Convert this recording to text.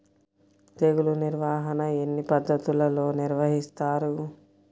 తెగులు నిర్వాహణ ఎన్ని పద్ధతులలో నిర్వహిస్తారు?